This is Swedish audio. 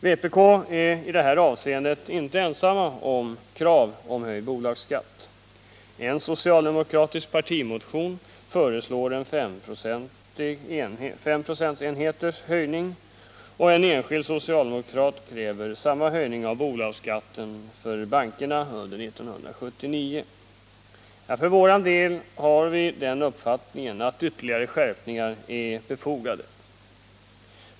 Vpk är inte ensamt om krav på höjd bolagsskatt. I en socialdemokratisk partimotion föreslås 5 procentenheters höjning, och en enskild socialdemokrat kräver samma höjning av bolagsskatten för bankerna under 1979. För vår del har vi den uppfattningen att ytterligare skärpningar är befogade.